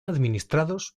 administrados